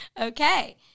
Okay